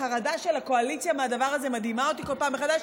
החרדה של הקואליציה מהדבר הזה מדהימה אותי בכל פעם מחדש,